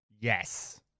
Yes